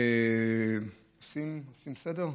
עושים סדר?